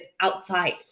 outside